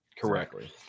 Correctly